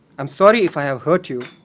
i'm sorry if i have hurt you.